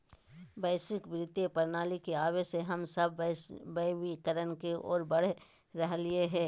वैश्विक वित्तीय प्रणाली के आवे से हम सब वैश्वीकरण के ओर बढ़ रहलियै हें